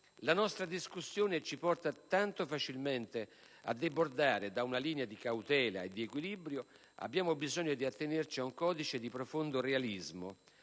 la nostra discussione ci porta tanto facilmente a debordare da una linea di cautela e di equilibrio, abbiamo bisogno di attenerci ad un codice di profondo realismo.